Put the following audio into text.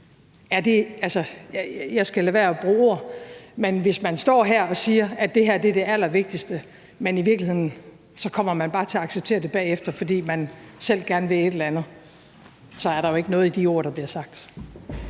Jeg skal lade være at bruge ord, men hvis man står her og siger, at det her er det allervigtigste, men i virkeligheden bare kommer til at acceptere det bagefter, fordi man selv gerne vil et eller andet, så er der jo ikke noget i de ord, der bliver sagt.